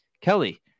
Kelly